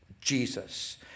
Jesus